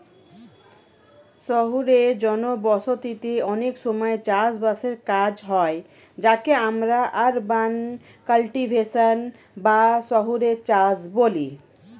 শহুরে জনবসতিতে অনেক সময় চাষ বাসের কাজ হয় যাকে আমরা আরবান কাল্টিভেশন বা শহুরে চাষ বলি